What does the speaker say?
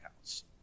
house